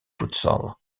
futsal